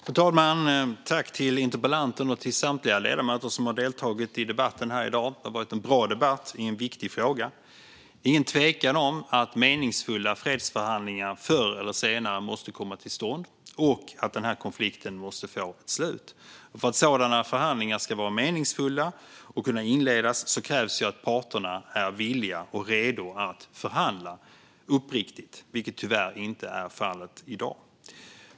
Fru talman! Tack till interpellanten och samtliga ledamöter som har deltagit i debatten här i dag. Det har varit en bra debatt i en viktig fråga. Det är ingen tvekan om att meningsfulla fredsförhandlingar förr eller senare måste komma till stånd och att den här konflikten måste få ett slut. För att sådana förhandlingar ska vara meningsfulla och kunna inledas krävs att parterna är villiga och redo att förhandla uppriktigt, vilket tyvärr inte är fallet i dag.